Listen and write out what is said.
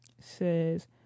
says